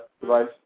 device